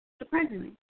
Surprisingly